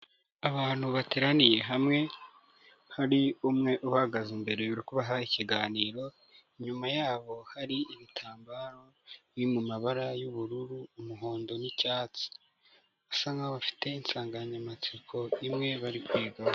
Abantu bateraniye hamwe hari umwe uhagaze imbere uri kubaha ikiganiro, inyuma yabo hari ibitambaro biri mu mabara y'ubururu, umuhondo n'icyatsi, basa nkaho bafite insanganyamatsiko imwe bari kwigaho.